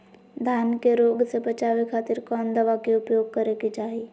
धान के रोग से बचावे खातिर कौन दवा के उपयोग करें कि चाहे?